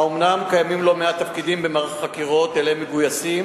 אומנם קיימים לא מעט תפקידים במערך החקירות שאליהם מגויסים,